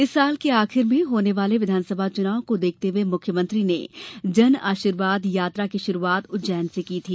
इस साल के अंत में होने वाले विधानसभा के चुनाव को देखते हुए मुख्यमंत्री ने जनआशीर्वाद की शुरूआत उज्जैन से की थी